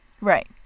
Right